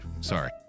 Sorry